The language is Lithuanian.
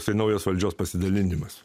tai naujos valdžios pasidalinimas